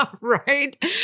Right